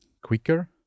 quicker